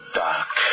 dark